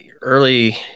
early